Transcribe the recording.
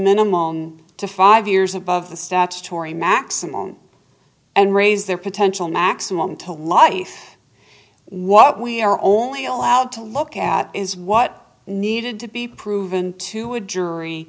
minimum to five years above the statutory maximum and raise their potential maximum to life what we are only allowed to look at is what needed to be proven to have jury